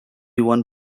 one